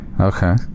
Okay